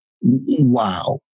Wow